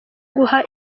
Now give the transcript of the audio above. guha